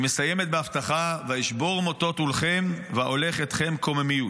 היא מסיימת בהבטחה: "וָאשבֹּר מֹטֹת עֻלכם וָאולֵך אתכם קוממיות".